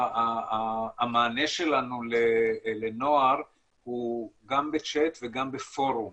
המענה שלנו לנוער הוא גם בצ'ט וגם בפורום.